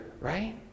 right